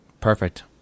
Perfect